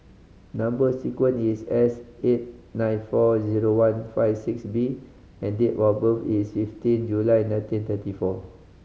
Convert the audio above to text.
number sequence is S eight nine four zero one five six B and date of birth is fifteen July nineteen thirty four